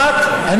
שמעת?